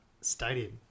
stadium